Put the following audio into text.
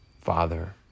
Father